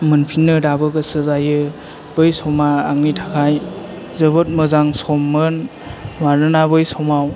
मोनफिननो दाबो गोसो जायो बै समा आंनि थाखाय जोबोद मोजां सममोन मानोना बै समाव